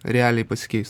realiai pasikeis